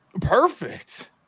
Perfect